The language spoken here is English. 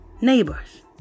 neighbors